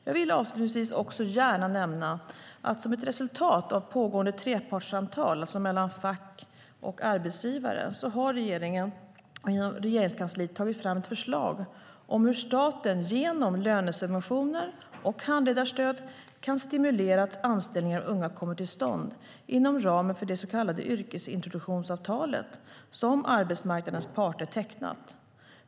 Jag vill avslutningsvis också gärna nämna att som ett resultat av pågående trepartssamtal, alltså med fack och arbetsgivare, har det inom Regeringskansliet tagits fram ett förslag om hur staten genom lönesubventioner och handledarstöd kan stimulera att anställningar av unga kommer till stånd inom ramen för det så kallade yrkesintroduktionsavtalet som arbetsmarknadens parter tecknat.